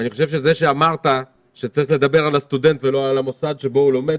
זה שאמרת שצריך לדבר על הסטודנט ולא על המוסד שבו הוא לומד,